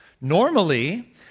Normally